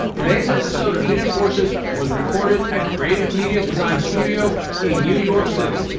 today's episode of hidden forces was recorded at creative media design studio in new york city.